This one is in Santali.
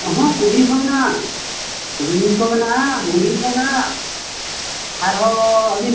ᱚᱱᱟ ᱠᱚᱵᱷᱤ ᱦᱚᱸ ᱢᱮᱱᱟᱜᱼᱟ ᱠᱚᱵᱷᱤ ᱠᱚ ᱢᱮᱱᱟᱜᱼᱟ ᱠᱚ ᱢᱮᱱᱟᱜᱼᱟ ᱟᱨ ᱦᱚᱸ ᱟᱹᱵᱤᱱ